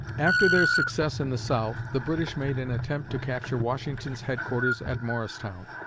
after their success in the south, the british made an attempt to capture washington's headquarters at morristown.